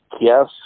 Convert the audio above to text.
yes